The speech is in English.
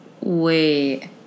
Wait